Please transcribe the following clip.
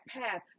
path